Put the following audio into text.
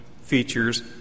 features